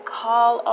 call